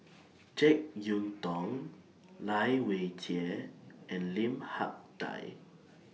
Jek Yeun Thong Lai Weijie and Lim Hak Tai